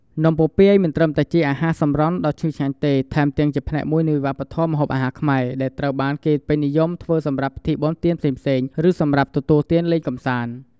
នំពពាយមិនត្រឹមតែជាអាហារសម្រន់ដ៏ឆ្ងាញ់ទេ ថែមទាំងជាផ្នែកមួយនៃវប្បធម៌ម្ហូបអាហារខ្មែរ ដែលត្រូវបានគេនិយមធ្វើសម្រាប់ពិធីបុណ្យទានផ្សេងៗ ឬសម្រាប់ទទួលទានលេងកម្សាន្ត។